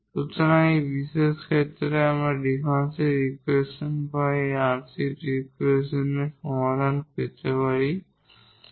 সুতরাং এই দুটি বিশেষ ক্ষেত্রে আমরা এই ডিফারেনশিয়াল ইকুয়েশন বা এই আংশিক ডিফারেনশিয়াল ইকুয়েশনের সমাধান পেতে এখানে বিবেচনা করব